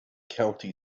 county